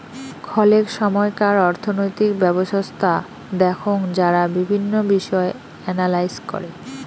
খলেক সময়কার অর্থনৈতিক ব্যবছস্থা দেখঙ যারা বিভিন্ন বিষয় এনালাইস করে